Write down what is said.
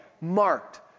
marked